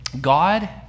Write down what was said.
God